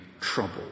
trouble